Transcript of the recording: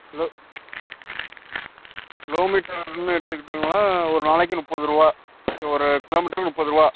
kilo கிலோமீட்டர்னு எடுத்துக்கிட்டீங்கன்னா ஒரு நாளைக்கு முப்பது ரூவா ஒரு கிலோமீட்டர்க்கு முப்பது ரூவா